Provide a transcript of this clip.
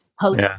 post